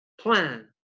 plan